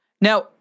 Now